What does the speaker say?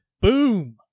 Boom